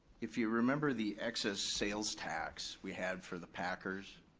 if you remember the excess sales tax we had for the packers,